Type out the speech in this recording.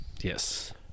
Yes